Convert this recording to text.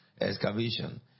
excavation